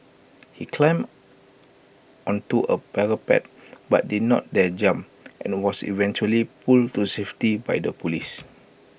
he climbed onto A parapet but did not dare jump and was eventually pulled to safety by the Police